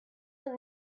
und